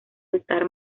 altar